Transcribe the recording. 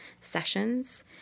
sessions